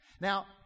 Now